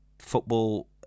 football